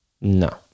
No